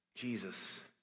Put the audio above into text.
Jesus